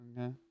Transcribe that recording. Okay